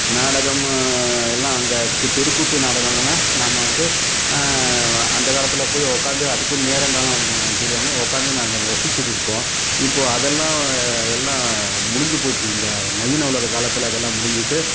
நாடகம் எல்லாம் அங்கே கூத் தெருக்கூத்து நாடகங்கள்லெல்லாம் நாம் வந்து அந்த காலத்தில் போய் உட்காந்து அதுக்குன்னு நேரம்காலம் தெரியாமல் உட்காந்து நாங்கள் ரசிச்சுட்டு இருப்போம் இப்போது அதெல்லாம் எல்லாம் முடிஞ்சு போச்சு இந்த நவீன உலக காலத்தில் அதெல்லாம் முடிஞ்சுட்டு